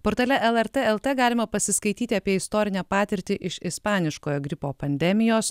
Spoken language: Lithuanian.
portale lrt lt galima pasiskaityti apie istorinę patirtį iš ispaniškojo gripo pandemijos